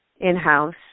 in-house